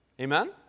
Amen